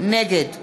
נגד